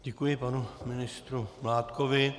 Děkuji panu ministru Mládkovi.